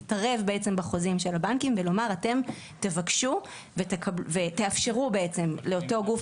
להתערב בעצם בחוזים של הבנקים ולומר אתם תבקשו ותאפשרו בעצם לאותו גוף